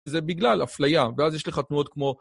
זה בגלל, אפליה, ואז יש לך תנועות כמו...